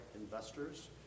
investors